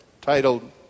titled